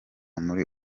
muri